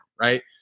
right